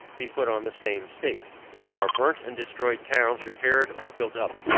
be put on the same state our burnt and destroyed towns repaired or built up,